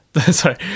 sorry